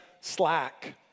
slack